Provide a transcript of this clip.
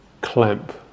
clamp